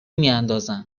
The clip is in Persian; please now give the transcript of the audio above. میاندازند